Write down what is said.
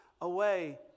away